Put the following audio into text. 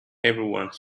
everyone